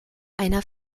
einer